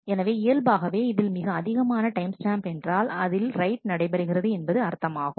எனவே இயல்பாகவே இதில் மிக அதிகமான டைம் ஸ்டாம்ப் என்றால் அதில் ரைட் நடைபெறுகிறது என்பது அர்த்தமாகும்